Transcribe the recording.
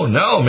no